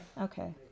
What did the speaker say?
Okay